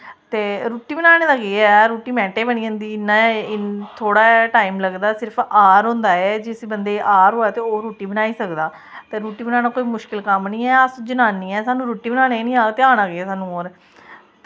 ते रुट्टी बनाने दा केह् ऐ रुट्टी मैंन्टै च बनी जंदी इ'न्ना थोह्ड़ा जेहा टाइम लगदा सिर्फ आह्र होंदा ऐ जिस बंदे गी आह्र होऐ ते ओह् रुट्टी बनाई सकदा ते रुट्टी बनाना कोई मुश्कल कम्म नी ऐ अस जनानियें गै रुट्टी बनाना नी आह्ग ते आना केह् ऐ सानू होर